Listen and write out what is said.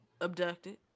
abducted